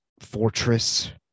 fortress